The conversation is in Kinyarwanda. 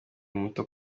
muto